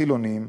חילונים,